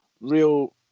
real